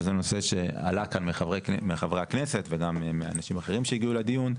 וזה נושא שעלה כאן מחברי הכנסת וגם מאנשים אחרים שהגיעו לדיון,